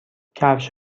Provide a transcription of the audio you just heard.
کفش